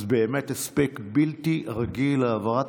אז עשית באמת הספק בלתי רגיל בהעברת